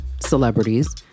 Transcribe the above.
celebrities